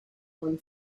one